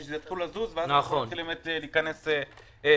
שזה יתחיל לזוז ואז נתחיל להיכנס לפרטים.